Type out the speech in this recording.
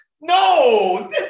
No